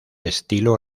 estilo